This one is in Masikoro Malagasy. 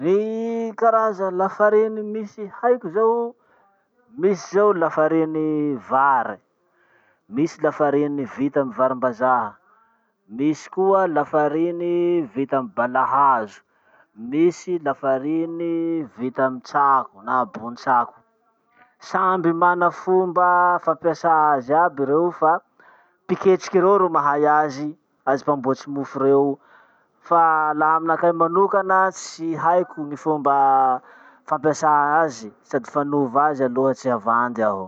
Ny karaza lafariny misy haiko zao: misy zao lafariny vary, misy lafariny vita amy varim-bazaha, misy lafariny vita amy balahazo, misy vita amy tsako na botsako. Samby mana fomba fampiasà azy aby reo fa mpiketriky reo ro mahay azy, azy mpamboatry mofo reo. Fa laha aminakahy manokana, tsy haiko gny fomba fampiasà azy, sady fanova azy aloha tsy havandy aho.